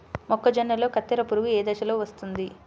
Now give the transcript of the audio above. మొక్కజొన్నలో కత్తెర పురుగు ఏ దశలో వస్తుంది?